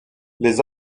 les